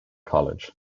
college